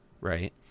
right